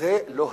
זה לא הקלות,